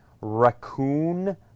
raccoon